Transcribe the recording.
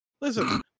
Listen